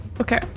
Okay